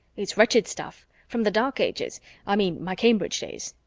it's wretched stuff. from the dark ages i mean my cambridge days.